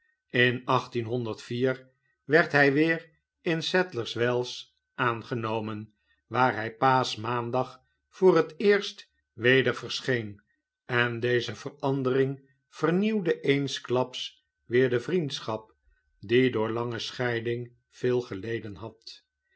in werd hy weer in sadlers wells aangenomen waar hy paaschmaandag voor het eerst weder verscheen en deze verandering vernieuwde eensklaps weer de vriendschap die door lange scheiding veel geleden had